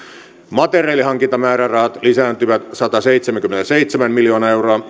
materiaalihankintamäärärahat lisääntyvät sataseitsemänkymmentäseitsemän miljoonaa euroa